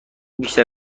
بیشتر